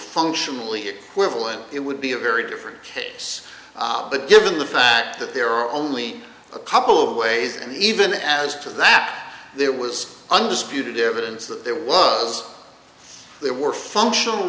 functionally equivalent it would be a very different case ah but given the fact that there are only a couple of ways and even as to that there was undisputed evidence that there was there were functional